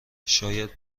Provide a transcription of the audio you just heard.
شاید